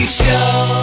show